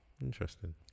Interesting